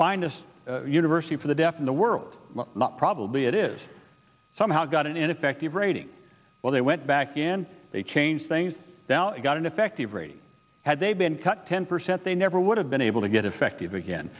finest university for the deaf in the world probably it is somehow got an ineffective rating well they went back and they changed things now it got an effective rate had they been cut ten percent they never would have been able to get effective again